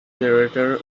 narrator